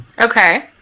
Okay